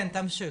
כן, תמשיך.